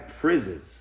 prisons